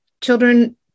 children